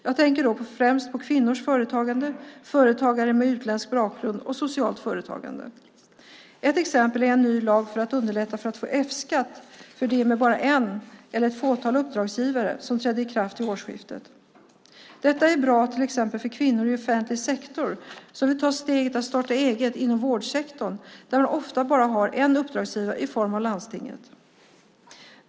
Jag tänker då främst på kvinnors företagande, företagare med utländsk bakgrund och socialt företagande. Ett exempel är en ny lag för att underlätta för dem med bara en eller ett fåtal uppdragsgivare att få F-skatt, som trädde i kraft vid årsskiftet. Detta är bra till exempel för kvinnor i offentlig sektor som vill ta steget att starta eget inom vårdsektorn där man ofta bara har en uppdragsgivare i form av landstinget.